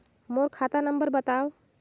मोर खाता नम्बर बताव?